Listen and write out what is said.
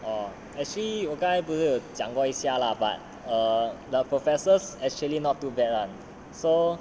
oh actually 我刚才不是有讲过一下 lah but err the professors actually not too bad lah so